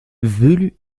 velues